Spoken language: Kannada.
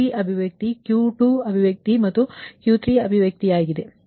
P3 ಅಭಿವ್ಯಕ್ತಿ Q2 ಅಭಿವ್ಯಕ್ತಿ ಮತ್ತು Q3 ಅಭಿವ್ಯಕ್ತಿಯಾಗಿದೆ